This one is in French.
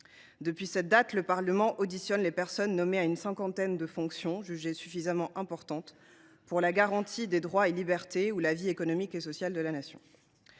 Depuis cette date, le Parlement auditionne les personnes nommées à une cinquantaine de fonctions jugées suffisamment importantes pour la garantie des droits et libertés ou la vie économique et sociale de la Nation.